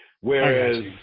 Whereas